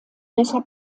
deshalb